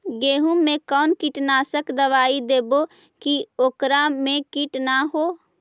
गेहूं में कोन कीटनाशक दबाइ देबै कि ओकरा मे किट न हो?